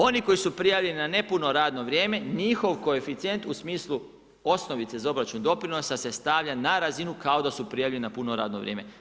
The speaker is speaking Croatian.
Oni koji su prijavljeni na nepuno radno vrijeme, njihov koeficijent u smislu osnovice za obračun doprinosa se stavlja na razinu kao da su prijavljeni na puno radno vrijeme.